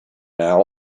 now